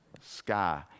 sky